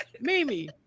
mimi